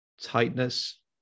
tightness